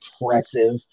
impressive